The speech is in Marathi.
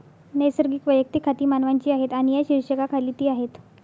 नैसर्गिक वैयक्तिक खाती मानवांची आहेत आणि या शीर्षकाखाली ती आहेत